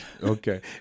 Okay